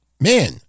man